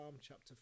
chapter